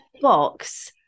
box